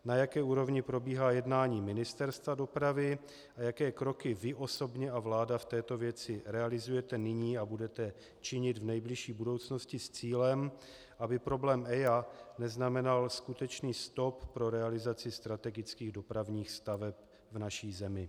Na jaké úrovni probíhá jednání Ministerstva dopravy a jaké kroky vy osobně a vláda v této věci realizujete nyní a budete činit v nejbližší budoucnosti s cílem aby problém EIA neznamenal skutečně stop pro realizaci strategických dopravních staveb v naší zemi?